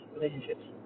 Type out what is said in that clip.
Relationships